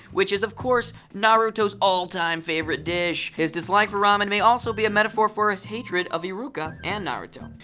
which is, of course, naruto's all-time favorite dish. his dislike for ramen um and may also be a metaphor for his hatred of iruka and naruto.